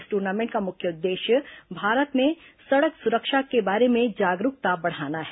इस दूर्नामेंट का मुख्य उद्देश्य भारत में सड़क सुरक्षा के बारे में जागरूकता बढ़ाना है